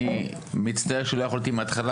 אני מצטער שלא יכולתי להיות פה מההתחלה